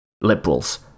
liberals